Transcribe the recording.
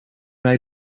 mij